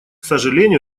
сожалению